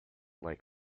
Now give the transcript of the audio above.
like